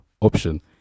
option